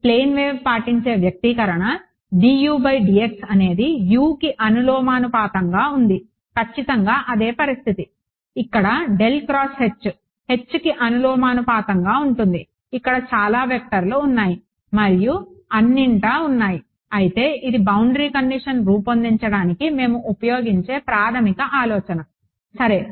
plane wave పాటించే వ్యక్తీకరణ అనేది uకి అనులోమానుపాతంలో ఉంది ఖచ్చితంగా అదే పరిస్థితి ఇక్కడ H కి అనులోమానుపాతంలో ఉంటుంది ఇక్కడ చాలా వెక్టర్స్ ఉన్నాయి మరియు అన్నింటా ఉన్నాయి అయితే ఇది బౌండరీ కండిషన్ రూపొందించడానికి మేము ఉపయోగించే ప్రాథమిక ఆలోచన సరే